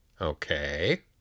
Okay